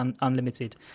unlimited